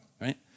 right